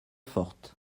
forte